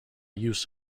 use